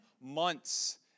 months